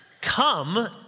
come